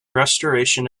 restoration